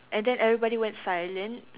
and then everybody went silent